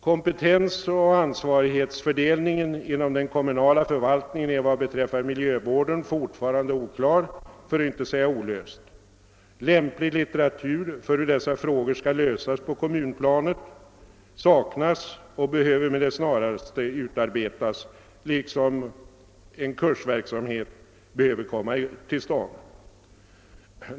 Kompetensoch ansvarighetsfördelningen om den kommunala förvaltningen är vad beträffar miljövården fortfarande oklar, för att inte säga olöst. Lämplig litteratur för hur dessa frågor skall lösas på kommunplanet saknas och behöver med det snaraste utarbetas liksom en kursverksamhet behöver komma till stånd.